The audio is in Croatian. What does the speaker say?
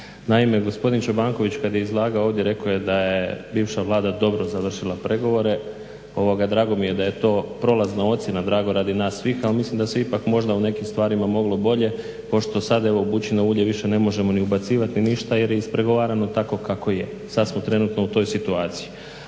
Naime, gospodin Čobanković kad je izlagao ovdje rekao je da je bivša Vlada dobro završila pregovore. Drago mi je da je to prolazna ocjena, drago radi nas svih, al mislim da se ipak možda u nekim stvarima moglo bolje, pošto sad evo sad bučino ulje više ne možemo ni ubacivat ni ništa jer je ispregovarano tako kako je. Sad smo trenutno u toj situaciji.